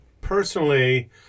personally